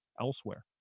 elsewhere